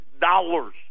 dollars